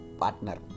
partner